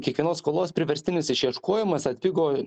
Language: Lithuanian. kiekvienos skolos priverstinis išieškojimas atpigo